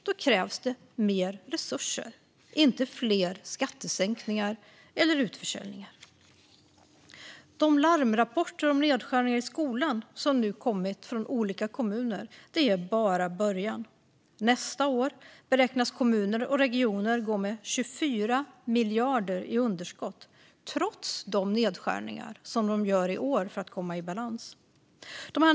Då krävs det mer resurser, inte fler skattesänkningar eller utförsäljningar. De larmrapporter om nedskärningar i skolan som nu kommit från olika kommuner är bara början. Nästa år beräknas kommuner och regioner gå med 24 miljarder i underskott, trots de nedskärningar som de gör i år för att komma i balans.